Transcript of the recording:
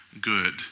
good